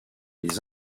les